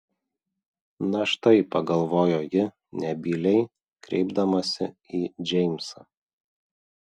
na štai pagalvojo ji nebyliai kreipdamasi į džeimsą